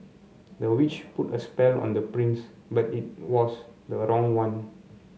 the witch put a spell on the prince but it was the wrong one